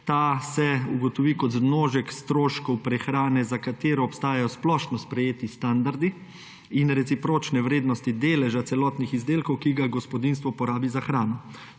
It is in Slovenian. Ta se ugotovi kot zmnožek stroškov prehrane, za katero obstajajo splošno sprejeti standardi, in recipročne vrednosti deleža celotnih izdelkov, ki ga gospodinjstvo porabi za hrano.